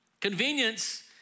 Convenience